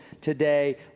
today